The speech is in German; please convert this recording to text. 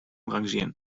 rangieren